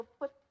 put